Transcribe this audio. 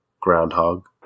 groundhog